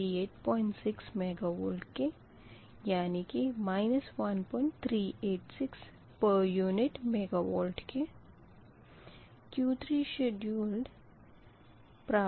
चूँकि उस उधारण मे बस 3 पर जनरेटर नही है तो यह बराबर है 0 1386 यानी कि 1386 पर यूनिट बटा 100 के क्यूँकि मूल MVA 100 है